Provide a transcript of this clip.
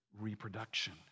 Reproduction